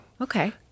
Okay